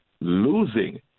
losing